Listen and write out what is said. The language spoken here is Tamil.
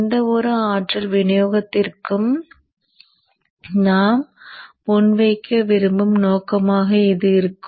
எந்தவொரு ஆற்றல் விநியோகத்திற்கும் நாம் முன் வைக்க விரும்பும் நோக்கமாக இது இருக்கும்